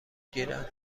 گیرند